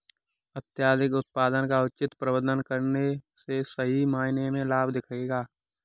अत्यधिक उत्पादन का उचित प्रबंधन करने से सही मायने में लाभ दिखेगा